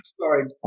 sorry